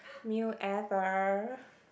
meal ever